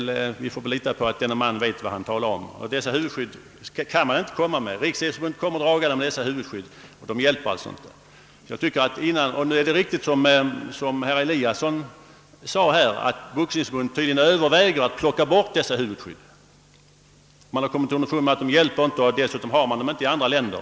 Vi får väl lita på att denne man vet vad han talar om. De huvudskydd som Riksidrottsförbundet hänvisar till hjälper alltså inte. Nu överväger tydligen Boxningsförbundet, såsom herr Eliasson i Sundborn sade, att slopa huvudskydden, och dessutom används de inte i andra länder.